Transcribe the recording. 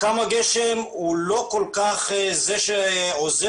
מכ"ם הגשם לא זה שעוזר.